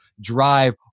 drive